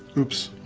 oops.